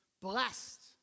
Blessed